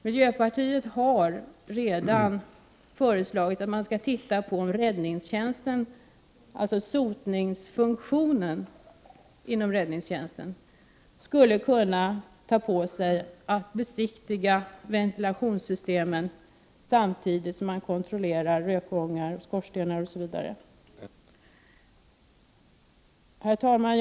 Miljöpartiet har redan föreslagit att man skall undersöka om de som fullgör sotningsfunktionen inom räddningstjänsten skulle kunna åta sig att besiktiga ventilationssystemen samtidigt som de kontrollerar rökgångar, skorstenar m.m. Herr talman!